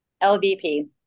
LVP